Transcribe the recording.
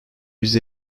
yüz